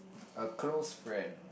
a close friend